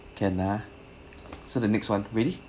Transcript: can ah so the next one ready